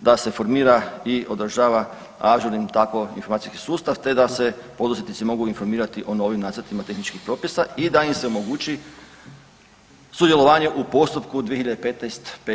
da se formira i održava ažurnim tako informacijski sustav, te da se poduzetnici mogu informirati o novim nacrtima tehničkih propisa i da im se omogući sudjelovanje u postupku 2015/